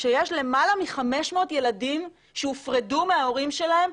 שיש למעלה מחמש מאות ילדים שהופרדו מההורים שלהם,